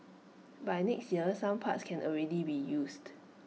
by next year some parts can already be used